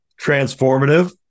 transformative